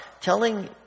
telling